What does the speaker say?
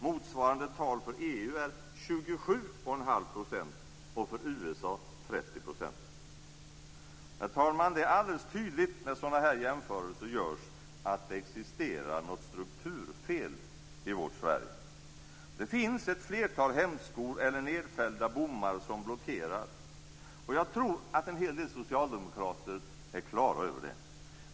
Motsvarande tal för EU är 27,5 % Herr talman! Det är alldeles tydligt när sådana här jämförelser görs att det existerar något strukturfel i vårt Sverige. Det finns ett flertal hämskor eller nedfällda bommar som blockerar. Och jag tror att en hel del socialdemokrater är klara över detta.